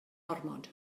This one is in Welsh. ormod